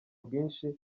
bwinshi